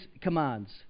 commands